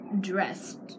Dressed